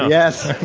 yes.